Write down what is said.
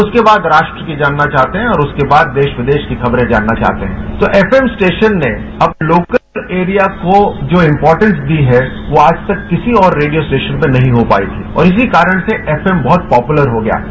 उसके बाद राष्ट्रल की जानना चाहते हैं कि और उसके बाद देश विदेश की खबरें जानना चाहते हैं तो एफएम स्टेयशन ने अब लोकल एरिया को जो इंपोटेंस दी है वो आज तक किसी और रेडियो स्टेकशन में नहीं हो पाई और इसी कारण से एफएम बहुत पॉपुलर हो गया है